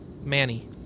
Manny